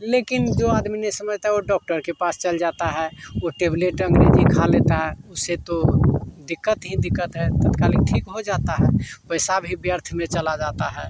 लेकिन जो आदमी नहीं समझता वह डॉक्टर के पास चल जाता है वह टेबलेट अँग्रेजी खा लेता है उससे तो दिक्कत ही दिक्कत है तत्काल ही ठीक हो जाता है पैसा भी व्यर्थ में चला जाता है